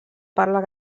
parla